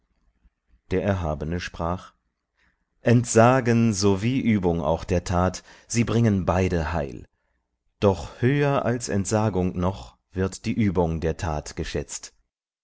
der erhabene sprach entsagen sowie übung auch der tat sie bringen beide heil doch höher als entsagung noch wird die übung der tat geschätzt